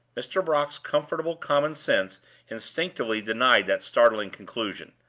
mr. brock's comfortable common sense instinctively denied that startling conclusion.